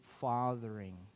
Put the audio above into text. fathering